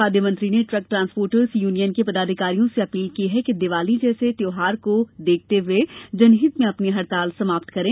खाद्य मंत्री ने ट्रक ट्रान्सपोर्टर्स यूनियन के पदाधिकारियों से अपील की है कि दीवाली जैसे त्यौहार को दृष्टिगत रखते हुए जनहित में अपनी हड़ताल समाप्त करें